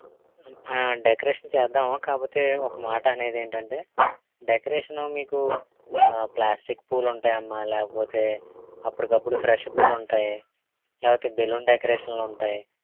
decoration చేద్దాము కాకపోతే ఒక మాట అనేది ఏంటంటే డెకరేషన్ మీకు ప్లాస్టిక్ పూలు ఉంటాయమ్మా లేకపోతే అప్పడికప్పుడు ఫ్రెష్ పూలు ఉంటాయి లేకపోతే బెలూన్ డెకరేషన్లు ఉంటాయి